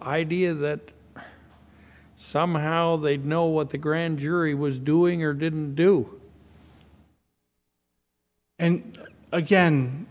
idea that somehow they know what the grand jury was doing or didn't do and again